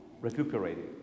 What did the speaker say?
recuperating